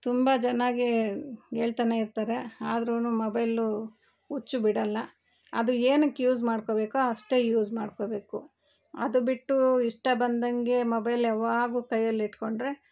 ತುಂಬ ಜನರಿಗೆ ಹೇಳ್ತಾನೆ ಇರ್ತಾರೆ ಆದ್ರೂ ಮೊಬೈಲು ಹುಚ್ಚು ಬಿಡಲ್ಲ ಅದು ಏನಕ್ಕೆ ಯೂಸ್ ಮಾಡಿಕೋಬೇಕೋ ಅಷ್ಟೇ ಯೂಸ್ ಮಾಡಿಕೋಬೇಕು ಅದು ಬಿಟ್ಟು ಇಷ್ಟ ಬಂದಂಗೆ ಮೊಬೈಲ್ ಯಾವಾಗೂ ಕೈಯಲ್ಲಿ ಇಟ್ಕೊಂಡರೆ